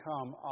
come